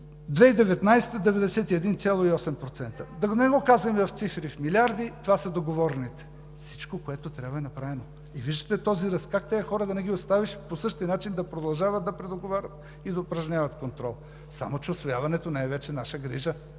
2019 г. – 91,8%. Да не го казвам в цифри и в милиарди, това са договорните. Всичко, каквото трябва, е направено. И виждате този ръст. Как тези хора да не ги оставиш по същия начин да продължават да предоговарят и да упражняват контрол?! Само че усвояването не е вече наша грижа.